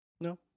No